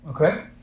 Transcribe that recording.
Okay